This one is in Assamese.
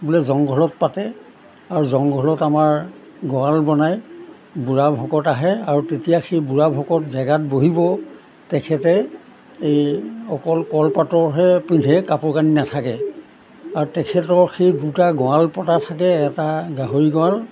বোলে জংঘলত পাতে আৰু জংঘলত আমাৰ গঁড়াল বনায় বুঢ়া ভকত আহে আৰু তেতিয়া সেই বুঢ়া ভকত জেগাত বহিব তেখেতে এই অকল কলপাতৰহে পিন্ধে কাপোৰ কানি নাথাকে আৰু তেখেতৰ সেই দুটা গঁড়াল পতা থাকে এটা গাহৰি গঁড়াল